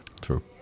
True